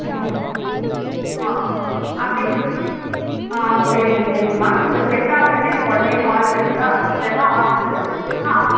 ம் ஆ அப்படி ஆ சரிங்க சரிங்கம்மா நீங்கள் செட் ஆகலன்னா எனக்கு உடனே கால் பண்ணுங்கள் அப்படி இல்லைன்னா ஹாஸ்பிடல் வரிங்களா ஹாஸ்